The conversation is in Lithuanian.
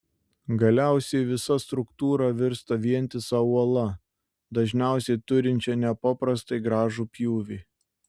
galiausiai visa struktūra virsta vientisa uola dažniausiai turinčia nepaprastai gražų pjūvį